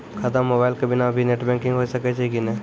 खाता म मोबाइल के बिना भी नेट बैंकिग होय सकैय छै कि नै?